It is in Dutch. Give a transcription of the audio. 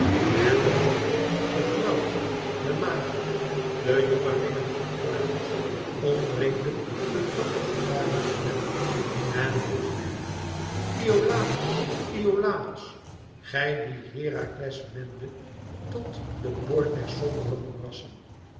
en de mannen de vrouwen de maagden de jongelingen van argos omringden den grappig gebarenden menner en vroegen hem iolàos iolàos gij die herakles mende tot den boord der sombere moerassen